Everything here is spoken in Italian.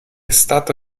stato